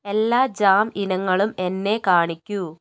എല്ലാ ജാം ഇനങ്ങളും എന്നെ കാണിക്കുക